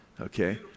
Okay